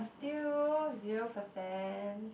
still zero percent